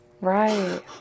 Right